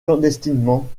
clandestinement